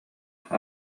өссө